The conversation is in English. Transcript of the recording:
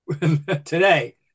today